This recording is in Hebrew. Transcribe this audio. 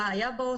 מה היה בו,